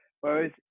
whereas